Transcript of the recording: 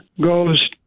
goes